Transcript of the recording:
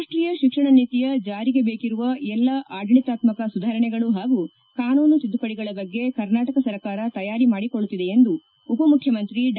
ರಾಷ್ಷೀಯ ಶಿಕ್ಷಣ ನೀತಿಯ ಜಾರಿಗೆ ಬೇಕಿರುವ ಎಲ್ಲ ಆಡಳಿತಾತ್ತಕ ಸುಧಾರಣೆಗಳು ಹಾಗೂ ಕಾನೂನು ತಿದ್ದುಪಡಿಗಳ ಬಗ್ಗೆ ಕರ್ನಾಟಕ ಸರಕಾರ ತಯಾರಿ ಮಾಡಿಕೊಳ್ಳುತ್ತಿದೆ ಎಂದು ಉಪ ಮುಖ್ಯಮಂತ್ರಿ ಡಾ